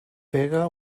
pega